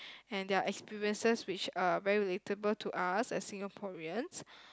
and their experiences which uh very relatable to us as Singaporeans